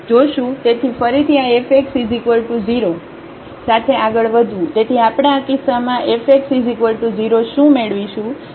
તેથી આપણે આ કિસ્સામાં fx0 શું મેળવીશું